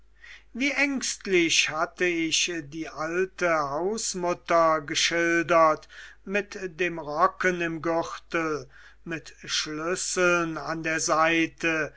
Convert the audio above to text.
wie ängstlich hatte ich die alte hausmutter geschildert mit dem rocken im gürtel mit schlüsseln an der seite